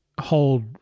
hold